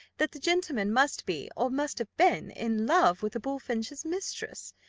that the gentleman must be, or must have been, in love with the bullfinch's mistress.